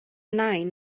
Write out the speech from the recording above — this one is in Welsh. nain